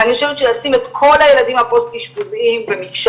ואני חושבת שלשים את כל הילדים הפוסט אשפוזיים במקשה